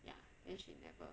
ya then she never